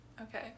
okay